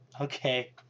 Okay